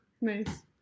Nice